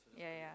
ya ya